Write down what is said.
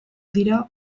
dira